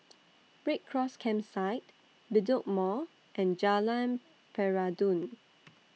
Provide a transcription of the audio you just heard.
Red Cross Campsite Bedok Mall and Jalan Peradun